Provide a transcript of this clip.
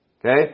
Okay